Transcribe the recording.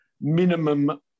minimum